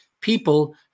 people